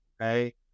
Okay